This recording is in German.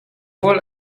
voll